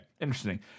interesting